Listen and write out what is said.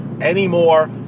anymore